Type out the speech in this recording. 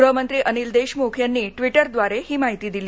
गृहमंत्री अनिल देशमुख यांनी ट्विटरद्वारे ही माहिती दिली